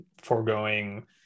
foregoing